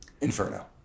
Inferno